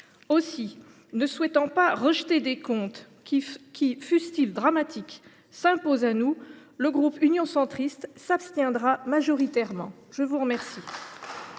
Aussi, ne souhaitant pas rejeter des comptes qui, fussent ils dramatiques, s’imposent à nous, le groupe Union Centriste s’abstiendra majoritairement. La parole